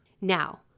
Now